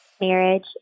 marriage